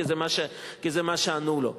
כי זה מה שענו לו.